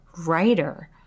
writer